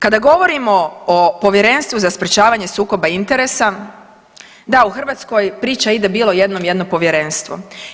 Kada govorimo o Povjerenstvu za sprječavanje sukoba interesa, da, u Hrvatskoj priča ide - bilo jednom jedno povjerenstvo.